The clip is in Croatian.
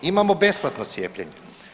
Imamo besplatno cijepljenje.